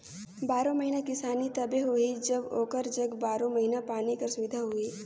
बारो महिना किसानी तबे होही जब ओकर जग बारो महिना पानी कर सुबिधा होही